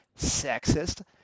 Sexist